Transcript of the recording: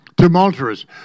Tumultuous